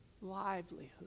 livelihood